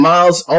Miles